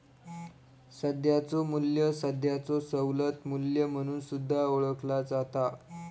सध्याचो मू्ल्य सध्याचो सवलत मू्ल्य म्हणून सुद्धा ओळखला जाता